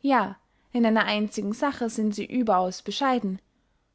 ja in einer einzigen sache sind sie überaus bescheiden